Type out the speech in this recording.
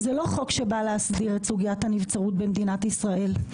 זה לא חוק שבא להסדיר את סוגיית הנבצרות במדינת ישראל.